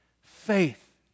Faith